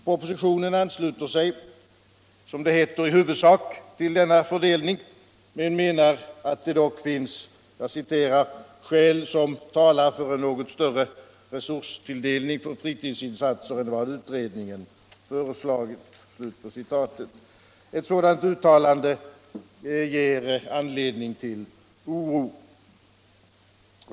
Propositionen ansluter sig, som det heter, i huvudsak till denna fördelning men menar att det dock finns ”skäl som talar för en något större resurstilldelning för fritidsinsatser än vad utredningen föreslagit”. Ett sådant uttalande ger anledning till oro.